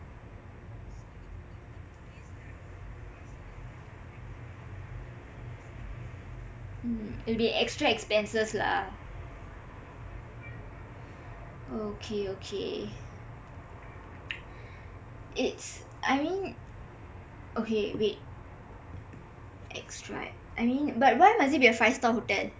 mm it will be extra expenses lah okay okay it's I mean okay wait extra I mean but why must it be a five star hotel